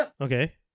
okay